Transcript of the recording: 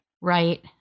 Right